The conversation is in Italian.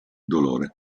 dolore